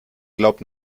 glaubt